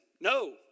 no